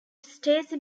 stacy